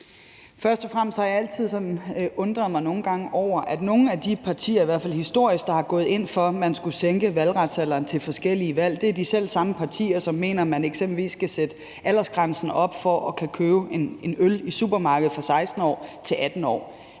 Først og fremmest har jeg ofte undret mig over, at nogle af de partier, der i hvert fald historisk har gået ind for, at man skulle sænke valgretsalderen ved forskellige valg, er de selv samme partier, som mener, at man eksempelvis skal sætte aldersgrænsen for at kunne købe en øl i supermarkedet op fra 16 år til 18 år.